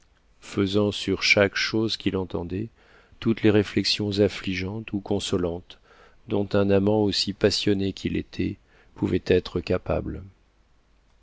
taisant sur chaque chose qu'il entendait toutes les réflexions affligeantes ou consolantes dont un amant aussi passionné qu'il était pouvait être capable